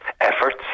efforts